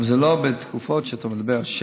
אבל זה לא בתקופות שאתה מדבר.